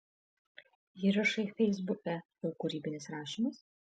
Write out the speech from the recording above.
įrašai feisbuke jau kūrybinis rašymas